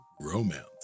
Romance